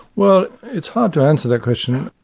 well it's hard to answer that question.